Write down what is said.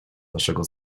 naszego